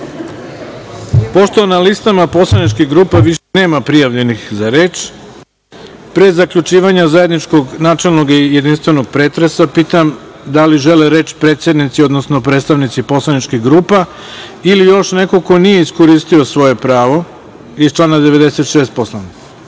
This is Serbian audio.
temu. Pošto na listama poslaničkih grupa više nema prijavljenih za reč, pre zaključivanja zajedničkog načelnog i jedinstvenog pretresa pitam da li žele reč predsednici, odnosno predstavnici poslaničkih grupa ili još neko ko nije iskoristio svoje pravo iz člana 96. Poslovnika?